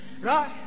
Right